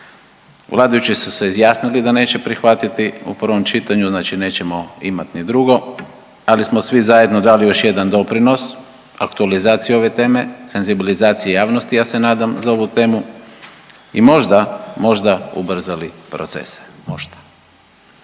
Vladajući su se izjasnili da neće prihvatiti u prvom čitanju, znači nećemo imat ni drugo, ali smo svi zajedno dali još jedan doprinos aktualizaciji ove teme, senzibilizaciji javnosti ja se nadam za ovu temu i možda, možda ubrzali procese, možda.